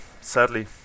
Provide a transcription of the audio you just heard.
sadly